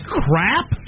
crap